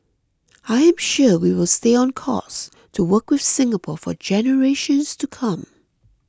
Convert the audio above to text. I'm sure we will stay on course to work with Singapore for generations to come